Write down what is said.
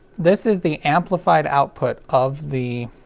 this is the amplified output of the,